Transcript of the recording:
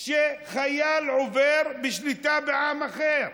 שחייל עובר בשליטה בעם אחר.